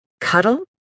cuddle